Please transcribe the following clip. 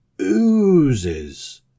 Oozes